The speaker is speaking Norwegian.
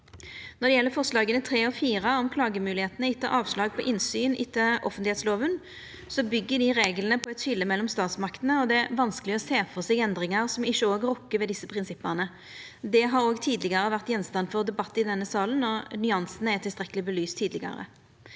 Når det gjeld forslaga nr. 3 og 4, om klagemoglegheitene etter avslag på innsyn etter offentleglova, byggjer dei reglane på eit skilje mellom statsmaktene, og det er vanskeleg å sjå føre seg endringar som ikkje òg rokkar ved desse prinsippa. Det har òg tidlegare vore gjenstand for debatt i denne salen, og nyansane er tilstrekkeleg belyste tidlegare.